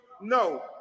No